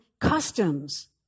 customs